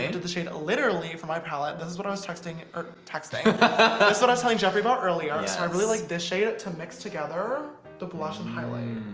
did the shade literally for my palate? this is what i was texting texting so that's telling jeffery bar earlier. and i really like this shade it to mix together the blush and highlight